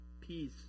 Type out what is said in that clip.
peace